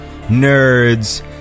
nerds